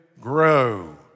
grow